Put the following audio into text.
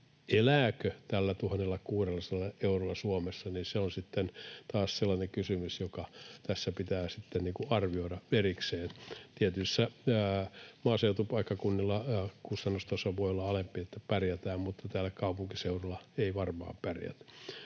Elääkö tällä 1 600 eurolla Suomessa, niin se on sitten taas sellainen kysymys, joka tässä pitää sitten arvioida erikseen. Tietyillä maaseutupaikkakunnilla kustannustaso voi olla alempi, niin että pärjätään, mutta täällä pääkaupunkiseudulla ei varmaan pärjätä.